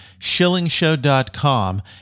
shillingshow.com